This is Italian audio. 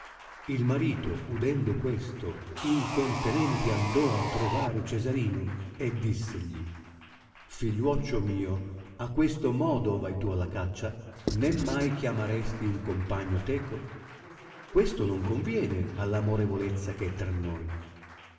il marito udendo questo incontenenti andò a trovare cesarino e dissegli figiiuoccio mio a questo modo vai tu alla caccia né mai chiamaresti un compagno teco questo non conviene all'amorevolezza eh è tra noi